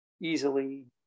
easily